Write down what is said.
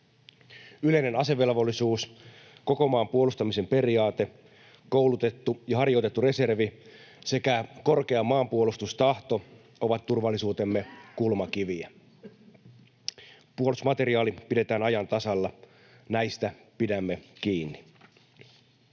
Yleinen asevelvollisuus, koko maan puolustamisen periaate, koulutettu ja harjoitettu reservi sekä korkea maanpuolustustahto ovat turvallisuutemme kulmakiviä. Puolustusmateriaali pidetään ajan tasalla. Näistä pidämme kiinni.